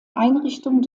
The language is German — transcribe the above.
einrichtung